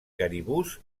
caribús